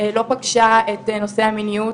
לא פגשה את נושא המיניות,